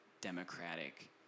Democratic